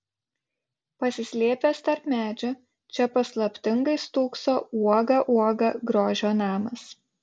pasislėpęs tarp medžių čia paslaptingai stūkso uoga uoga grožio namas